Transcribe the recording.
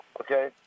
Okay